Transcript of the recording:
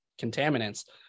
contaminants